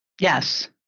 yes